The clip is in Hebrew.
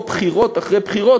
או בחירות אחרי בחירות,